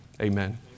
Amen